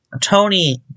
Tony